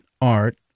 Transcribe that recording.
art